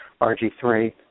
RG3